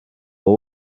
wowe